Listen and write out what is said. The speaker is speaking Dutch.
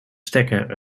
stekker